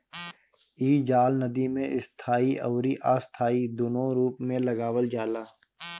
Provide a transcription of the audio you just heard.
इ जाल नदी में स्थाई अउरी अस्थाई दूनो रूप में लगावल जाला